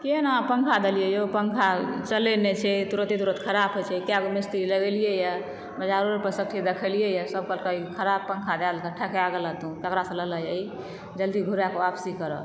केहन अहाँ पंखा देलियै यौ पंखा चलै नहि छै तुरते तुरत खराप होइ छै कए गो मिस्त्री लगेलियै यऽ बजारो पे सगरे देखेलियै यऽ सब कहलकै ई खराब पंखा दए देलकऽ ठकाए गेलहऽ तू ककरा सऽ लेलहऽ यऽ ई जल्दी घुराए कऽ वापसी करऽ